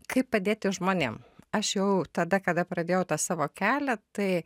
kaip padėti žmonėm aš jau tada kada pradėjau tą savo kelią tai